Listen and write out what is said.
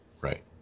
Right